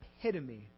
epitome